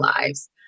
lives